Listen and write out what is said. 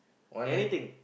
anything